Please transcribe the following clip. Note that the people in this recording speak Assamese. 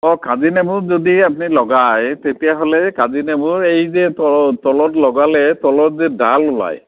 কাজী নেমু যদি আপুনি লগাই তেতিয়া হ'লে কাজী নেমুৰ এই যে তল তলত লগালে তলত যে ডাল ওলাই